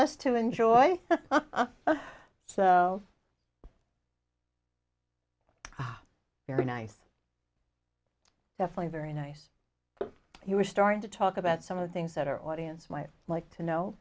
us to enjoy so very nice definitely very nice you are starting to talk about some of the things that our audience might like to know